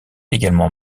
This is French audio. également